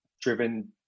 driven